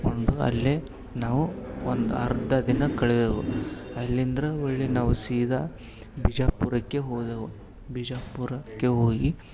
ಕೊಂಡು ಅಲ್ಲೇ ನಾವು ಒಂದು ಅರ್ಧ ದಿನ ಕಳೆದೆವು ಅಲ್ಲಿಂದ್ರ ಒಳ್ಳಿ ನಾವು ಸೀದಾ ಬಿಜಾಪುರಕ್ಕೆ ಹೋದೆವು ಬಿಜಾಪುರಕ್ಕೆ ಹೋಗಿ